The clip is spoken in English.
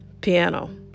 piano